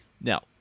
Now